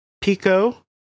Pico